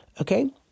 okay